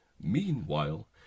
Meanwhile